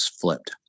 flipped